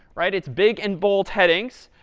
right? it's big and bold headings,